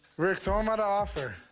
rick, throw him an offer.